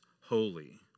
holy